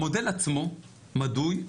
המודל עצמו בנוי,